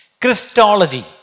Christology